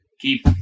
keep